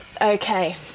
okay